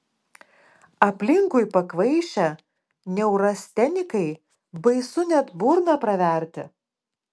aplinkui pakvaišę neurastenikai baisu net burną praverti